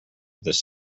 this